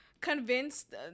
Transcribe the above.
convinced